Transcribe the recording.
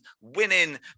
winning